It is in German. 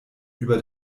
über